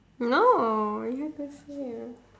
no you have to say